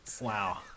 Wow